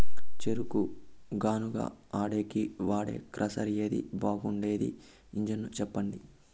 చెరుకు గానుగ ఆడేకి వాడే క్రషర్ ఏది బాగుండేది ఇంజను చెప్పండి?